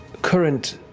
current.